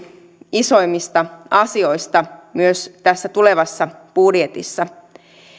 isoimmista asioista myös tässä tulevassa budjetissa